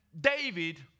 David